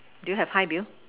do you have hi Bill